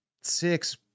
six